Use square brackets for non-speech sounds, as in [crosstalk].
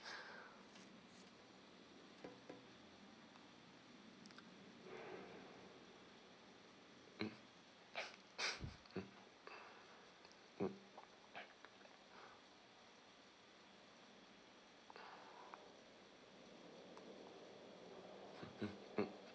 mm [breath] mm mm